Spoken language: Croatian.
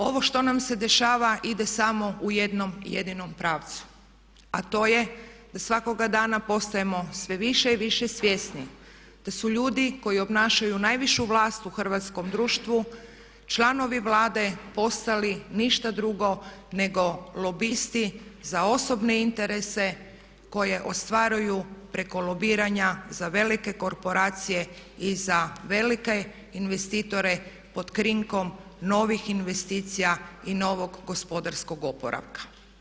Ovo što nam se dešava ide samo u jednom jedinom pravcu, a to je da svakoga dana postajemo sve više i više svjesni da su ljudi koji obnašaju najvišu vlast u hrvatskom društvu, članovi Vlade postali ništa drugo nego lobisti za osobne interese koje ostvaruju preko lobiranja za velike korporacije i za velike investitore pod krinkom novih investicija i novog gospodarskog oporavka.